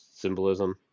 Symbolism